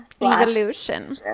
Evolution